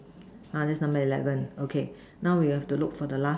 uh that